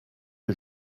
que